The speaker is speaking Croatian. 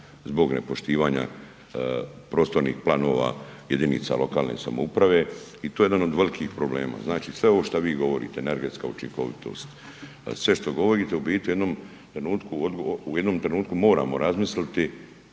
zbog nepoštivanja prostornih planova jedinica lokalne samouprave i to je jedan od velikih problema. Znači sve ovo šta vi govorite, energetska učinkovitost, sve što govorite u biti u jednom trenutku moramo razmisliti